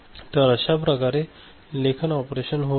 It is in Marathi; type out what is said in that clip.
तर अश्या प्रकारे लेखन ऑपरेशन होत असते